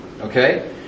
Okay